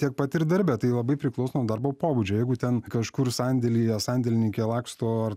tiek pat ir darbe tai labai priklauso nuo darbo pobūdžio jeigu ten kažkur sandėlyje sandėlininkė laksto ar